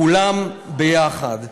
כולם יחד.